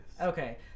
okay